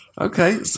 Okay